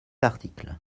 article